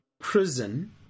Prison